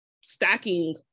stacking